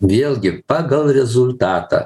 vėlgi pagal rezultatą